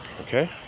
okay